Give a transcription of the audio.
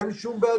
אין שום בעיה,